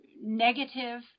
negative